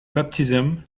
baptism